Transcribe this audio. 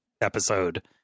episode